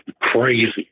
crazy